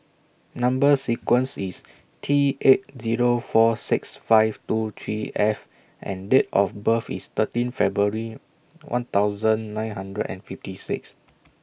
Number sequence IS T eight Zero four six five two three F and Date of birth IS thirteen February one thousand nine hundred and fifty six